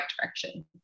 direction